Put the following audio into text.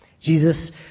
Jesus